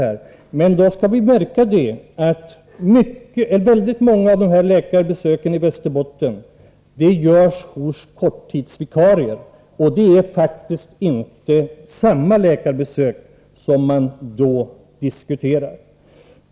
Men det är att lägga märke till att väldigt många läkarbesök i Västerbotten görs hos korttidsvikarier, och då är det faktiskt inte samma slags läkarbesök som man diskuterar.